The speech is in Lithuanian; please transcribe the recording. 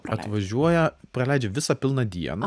atvažiuoja praleidžia visą pilną dieną